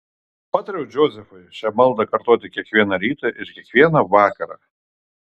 patariau džozefui šią maldą kartoti kiekvieną rytą ir kiekvieną vakarą